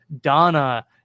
Donna